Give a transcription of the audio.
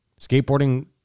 skateboarding